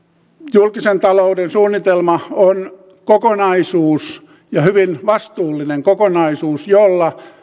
julkisen talouden suunnitelma on kokonaisuus ja hyvin vastuullinen kokonaisuus jolla